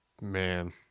Man